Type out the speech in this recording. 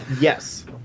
Yes